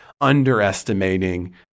underestimating